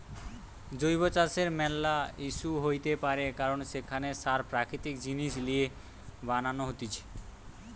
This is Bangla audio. জৈব চাষের ম্যালা ইস্যু হইতে পারে কারণ সেখানে সার প্রাকৃতিক জিনিস লিয়ে বানান হতিছে